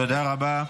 תודה רבה.